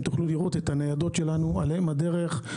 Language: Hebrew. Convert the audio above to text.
ותוכלו לראות את הניידות שלנו על אם הדרך.